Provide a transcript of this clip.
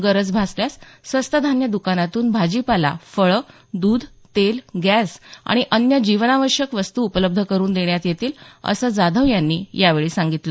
गरज भासल्यास स्वस्त धान्य दुकानांतून भाजीपाला फळे दूध तेल गॅस आणि अन्य जीवनावश्यक वस्तू उपलब्ध करून देण्यात येतील असं जाधव यांनी यावेळी सांगितलं